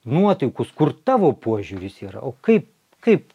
nuotaikos kur tavo požiūris yra o kaip kaip